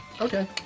Okay